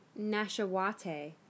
Nashawate